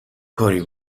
کاری